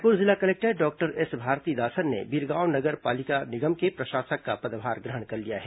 रायपुर जिला collector doctor S Bharathidasan ने बिरगांव नगर पालिका निगम के प्रशासक का पदभार ग्रहण कर लिया है